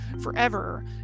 forever